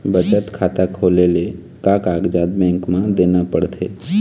बचत खाता खोले ले का कागजात बैंक म देना पड़थे?